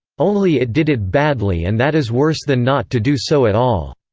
only it did it badly and that is worse than not to do so at all.